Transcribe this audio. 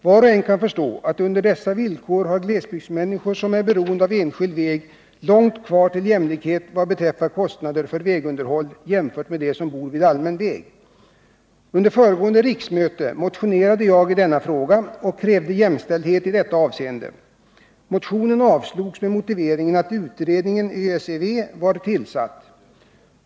Var och en kan förstå att under dessa villkor har glesbygdsmänniskor som är beroende av enskild väg långt kvar till jämlikhet vad beträffar kostnader för vägunderhåll, jämfört med dem som bor vid allmän väg. Under föregående riksmöte motionerade jag i frågan och krävde jämställdhet i detta avseende. Motionen avslogs med motiveringen att utredningen ÖSEV var tillsatt.